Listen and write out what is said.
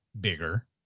bigger